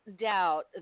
doubt